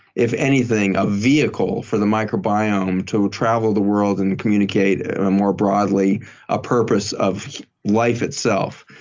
if anything, a vehicle for the microbiome to travel the world and communicate more broadly a purpose of life itself.